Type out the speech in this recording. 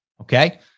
okay